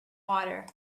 water